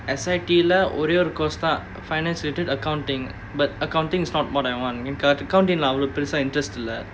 S_I_T lah ஒரே ஒரே:orae orae course தான்:thaan finance related accounting but accounting is not what I want எனக்கு:ennakku accounting leh பெருசா:perusaa intrest இல்ல:illa